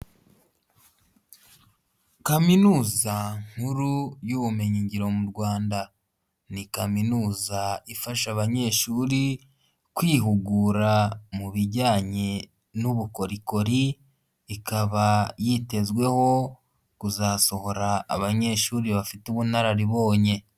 Kaminuza nkuru y'ubumenyingiro mu Rwanda. Ni kaminuza ifasha abanyeshuri kwihugura mu bijyanye n'ubukorikori, ikaba yitezweho kuzasohora abanyeshuri bafite ubunararibonye.